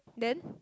then